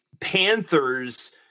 Panthers –